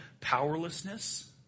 powerlessness